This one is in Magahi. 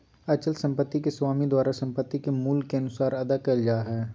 अचल संपत्ति के स्वामी द्वारा संपत्ति के मूल्य के अनुसार अदा कइल जा हइ